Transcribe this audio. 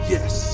Yes